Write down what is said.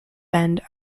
bend